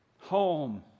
Home